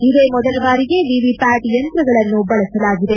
ಇದೇ ಮೊದಲ ಬಾರಿಗೆ ವಿವಿಪ್ಯಾಟ್ ಯಂತ್ರಗಳನ್ನು ಬಳಸಲಾಗಿದೆ